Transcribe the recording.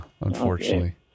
unfortunately